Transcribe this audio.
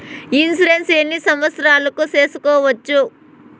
Insurance ఎన్ని సంవత్సరాలకు సేసుకోవచ్చు?